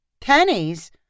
Pennies